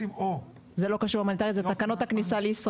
זה לא קשור להומניטרי, אלו תקנות הכניסה לישראל.